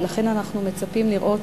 ולכן אנחנו מצפים לראות